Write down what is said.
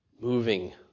Moving